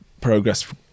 progress